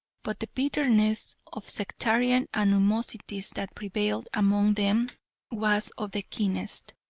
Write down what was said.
but the bitterness of sectarian animosities that prevailed among them was of the keenest.